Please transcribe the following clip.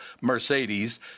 Mercedes